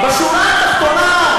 בשורה התחתונה,